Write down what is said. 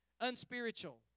unspiritual